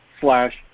Slash